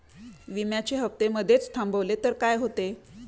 विम्याचे हफ्ते मधेच थांबवले तर काय होते?